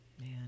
Man